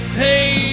hey